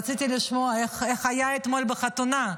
רציתי לשמוע איך היה אתמול בחתונה.